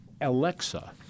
Alexa –